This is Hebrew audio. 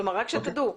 רק שתדעו.